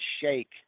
shake